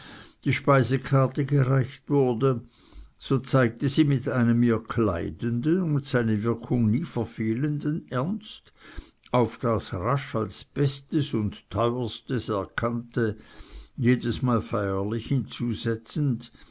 die speisekarte gereicht wurde so zeigte sie mit einem ihr kleidenden und seine wirkung nie verfehlenden ernst auf das rasch als bestes und teuerstes erkannte jedesmal feierlich